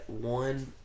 one